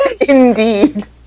Indeed